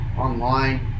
online